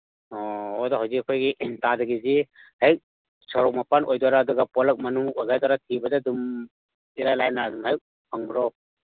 ꯑꯣ ꯑꯗꯨ ꯍꯧꯖꯤꯛ ꯑꯩꯈꯣꯏꯒꯤ ꯇꯥꯗꯒꯤꯁꯤ ꯍꯦꯛ ꯁꯣꯔꯣꯛ ꯃꯄꯥꯟ ꯑꯣꯏꯗꯣꯏꯔꯥ ꯑꯗꯨꯒ ꯄꯣꯂꯛ ꯃꯅꯨꯡ ꯑꯣꯏꯒꯗ꯭ꯔꯥ ꯊꯤꯕꯗ ꯑꯗꯨꯝ ꯏꯂꯥꯏ ꯂꯥꯏꯅ ꯑꯗꯨꯝ ꯍꯦꯛ ꯐꯪꯕ꯭ꯔꯣ